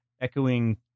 echoing